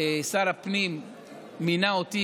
שר הפנים מינה אותי,